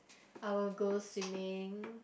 I will go swimming